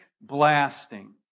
blasting